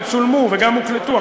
גם צולמו וגם הוקלטו,